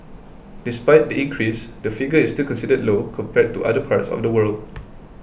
despite the increase the figure is still considered low compared to other parts of the world